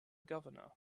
governor